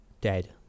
dead